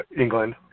England